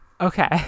okay